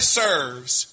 serves